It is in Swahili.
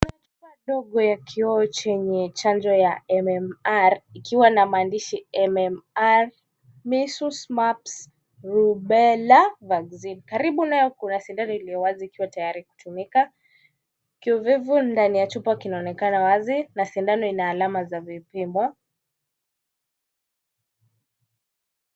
Chupa ndogo ya kio chenye chanjo ya MMR , ikiwa na maandishi MMR Measles Mumps Rubella Vaccine . Karibu nayo kuna sindano iliyo wazi, ikiwa tayari kutumika. Kiuvivu ndani ya chupa inaonekana wazi, na sindano ina alama za vipimo.